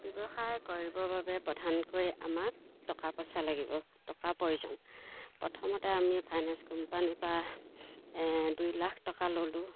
ব্যৱসায় কৰিবৰ বাবে প্ৰধানকৈ আমাক টকা পইচা লাগিব টকাৰ প্ৰয়োজন প্ৰথমতে আমি ফাইনেন্স কোম্পানীৰপৰা দুই লাখ টকা ল'লোঁ